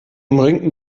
umringten